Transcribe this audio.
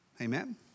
amen